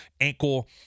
ankle